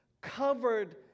covered